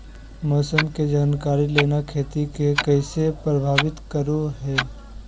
मौसम के जानकारी लेना खेती के कैसे प्रभावित करो है?